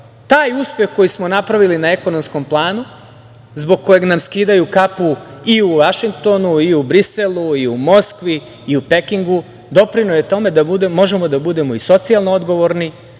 Taj uspeh koji smo napravili na ekonomskom planu, zbog kojeg nam skidaju kapu i u Vašingtonu i u Briselu i u Moskvi i u Pekingu, doprineo je tome da možemo da budemo i socijalno odgovorni,